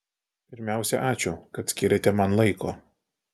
pirmiausia ačiū kad skyrėte man laiko